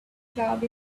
club